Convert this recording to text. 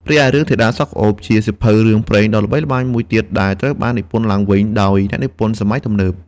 រីឯ រឿង ធីតាសក់ក្រអូប ជាសៀវភៅរឿងព្រេងដ៏ល្បីល្បាញមួយទៀតដែលត្រូវបាននិពន្ធឡើងវិញដោយអ្នកនិពន្ធសម័យទំនើប។